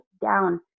down